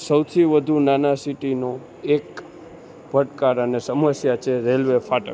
સૌથી વધુ નાના સિટીનું એક પડકાર અને સમસ્યા છે રેલ્વે ફાટક